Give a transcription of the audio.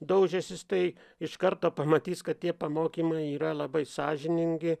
daužęsis tai iš karto pamatys kad tie pamokymai yra labai sąžiningi